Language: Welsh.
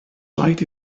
rhaid